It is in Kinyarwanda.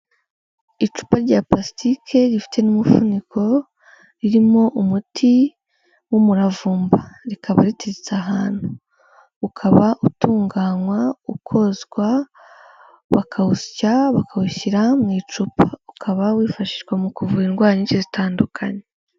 Icupa rya purastike rifite n'umufuniko, ririmo umuti w'umuravumba. Rikaba riteretse ahantu, ukaba utunganywa, ukozwa, bakawusya, bakawushyira mu icupa. Ukaba wifashishwa mu kuvura indwara nyinshi zitandukanye.